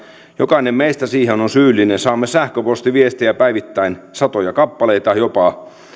jokainen meistä siihen on syyllinen saamme sähköpostiviestejä päivittäin jopa satoja kappaleita